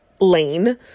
lane